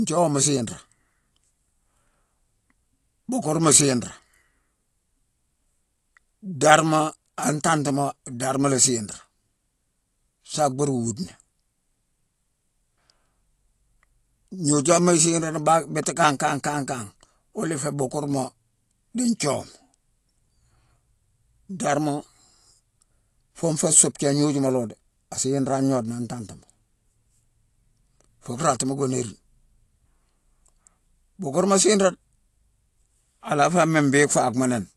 Nthiuwama siinré, bukeurma siinré, darma, an tantima, darma la siinré, sa bhur wuudena. Gnojooma isiinrani-bak-bhiti kan-kan-kan-kan-kan wune ifé bukeurma di nthiuwama. Darma: fune fé subjé gnooju ma lo dé, a siinré an gnoodena, an tantima. Fu rattima go nérine. Bukeurma siinré dé. A la fé mbéghine fakhma ninne.